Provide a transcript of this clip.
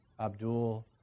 Abdul